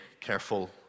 careful